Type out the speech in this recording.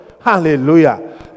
Hallelujah